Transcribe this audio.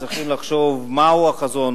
צריכים לחשוב מהו החזון,